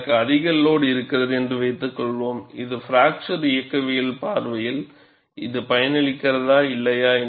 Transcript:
எனக்கு அதிக லோடு இருக்கிறது என்று வைத்துக்கொள்வோம் இது பிராக்சர் இயக்கவியல் பார்வையில் இருந்து பயனளிக்கிறதா இல்லையா